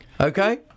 Okay